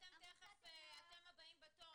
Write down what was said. אתם הבאים בתור,